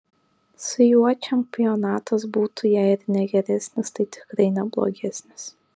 su juo čempionatas būtų jei ir ne geresnis tai tikrai ne blogesnis